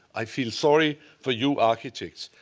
i feel sorry for you architects.